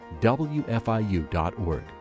WFIU.org